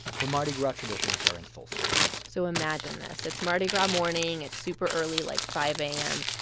where mardi gras traditions are in full swing so imagine this. it's mardi gras morning. it's super early, like five a m,